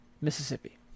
Mississippi